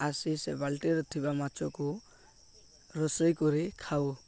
ଆସି ସେ ବାଲ୍ଟିରେ ଥିବା ମାଛକୁ ରୋଷେଇ କରି ଖାଉ